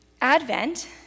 Advent